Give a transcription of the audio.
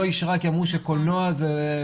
לא אישרה כי אמרו שקולנוע זה לא.